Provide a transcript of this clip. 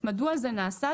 מדוע זה נעשה?